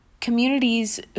communities